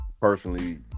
personally